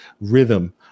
rhythm